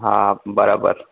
હા બરાબર